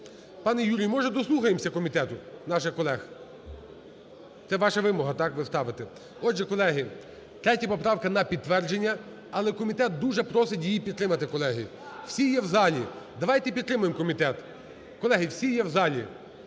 Пане Юрію, може, дослухаємося комітету, наших колег? Це ваша вимога, так, ви ставите? Отже, колеги, 3 поправка – на підтвердження. Але комітет дуже просить її підтримати, колеги. Всі є в залі, давайте підтримаємо комітет. Колеги, всі є в залі,